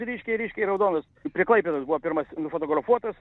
ryškiai ryškiai raudonas prie klaipėdos buvo pirmas nufotografuotas